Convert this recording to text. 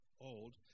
old